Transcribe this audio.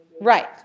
Right